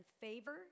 favor